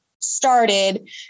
started